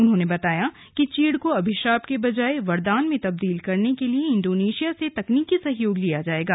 उन्होंने बताया कि चीड़ को अभिशाप के बजाय वरदान में तब्दील करने के लिए इंडोनेशिया से तकनीकि सहयोग लिया जाएगा